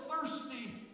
thirsty